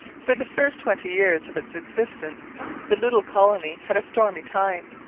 for the first twenty years of its existence the little colony had a stormy time.